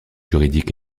juridique